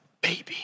baby